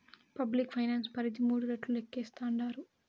public finance పరిధి మూడు రెట్లు లేక్కేస్తాండారు